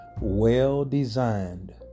well-designed